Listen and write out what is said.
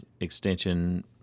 extension